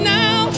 now